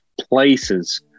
places